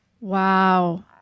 Wow